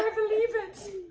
believe it.